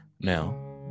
Now